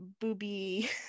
booby